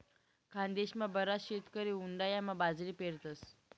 खानदेशमा बराच शेतकरी उंडायामा बाजरी पेरतस